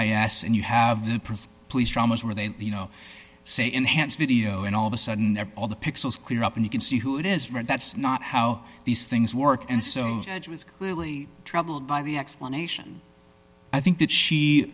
i s and you have the proof police dramas where they you know say enhanced video and all of a sudden they're all the pixels clear up and you can see who it is right that's not how these things work and so it was clearly troubled by the explanation i think that she